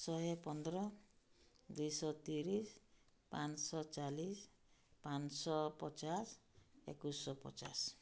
ଶହେ ପନ୍ଦର ଦୁଇଶହ ତିରିଶି ପାଞ୍ଚଶହ ଚାଳିଶି ପାଞ୍ଚ ପଚାଶ ଏକୋଇଶିଶହ ପଚାଶ